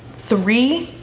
three,